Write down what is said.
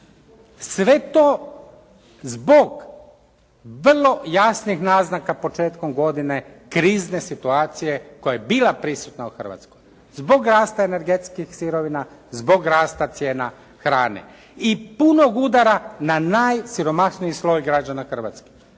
Sve to zbog vrlo jasnih naznaka početkom godine krizne situacije koja je bila prisutna u Hrvatskoj zbog rasta energetskih sirovina, zbog rasta cijena hrane i punog udara na najsiromašniji sloj građana Hrvatske.